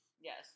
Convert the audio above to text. Yes